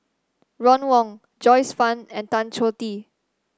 Ron Wong Joyce Fan and Tan Choh Tee